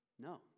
No